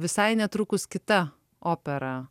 visai netrukus kita opera